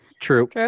true